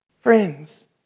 Friends